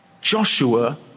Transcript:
Joshua